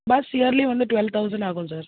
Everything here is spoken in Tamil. பஸ் இயர்லி வந்து டுவெல் தௌசண்ட் ஆகும் சார்